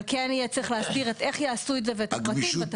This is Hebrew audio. אבל כן יהיה צריך להסדיר את איך יעשו את זה ואת הפרטים בתקנות.